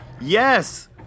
yes